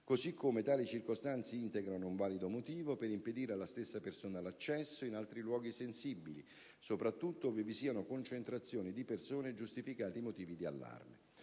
così come tali circostanze integrano un valido motivo per impedire alla stessa persona l'accesso in altri luoghi sensibili, soprattutto ove vi siano concentrazioni di persone e giustificati motivi di allarme.